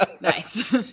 Nice